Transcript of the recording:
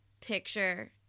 picture